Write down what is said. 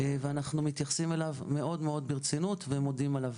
ואנחנו מתייחסים אליו מאוד-מאוד ברצינות ומודים עליו.